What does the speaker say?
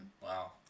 Wow